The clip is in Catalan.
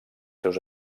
seus